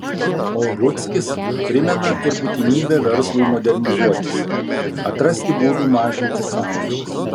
o rudzkis primena ir būtinybę verslui modernizuotis atrasti būdų mažinti sąnaudas